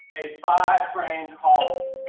a five-frame colony.